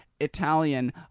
Italian